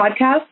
podcast